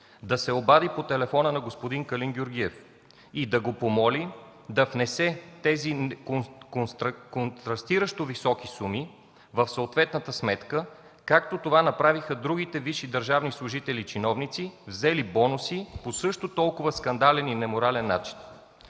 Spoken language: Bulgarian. да се обади по телефона на господин Калин Георгиев и да го помоли да внесе тези контрастиращо високи суми в съответната сметка, както това направиха другите висши държавни служители и чиновници, взели бонуси по също толкова скандален и неморален начин.